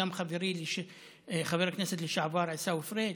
וגם חברי חבר הכנסת לשעבר עיסאווי פריג'